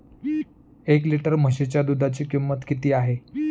एक लिटर म्हशीच्या दुधाची किंमत किती आहे?